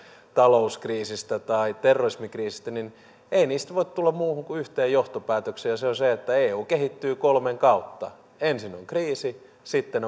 talouskriisistä tai terrorismikriisistä tulla muuhun kuin yhteen johtopäätökseen ja se on se että eu kehittyy kolmen kautta ensin on kriisi sitten